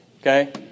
Okay